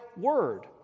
Word